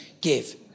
give